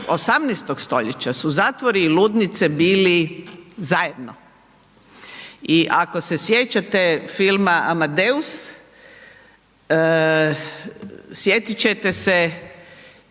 18. st. su zatvori i ludnice bili zajedno. I ako se sjećate filma Amadeus, sjetit ćete se